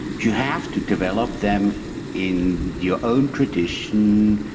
you have to develop them in your own tradition,